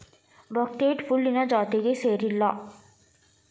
buckwheat ಹುಲ್ಲಿನ ಜಾತಿಗೆ ಸೇರಿಲ್ಲಾ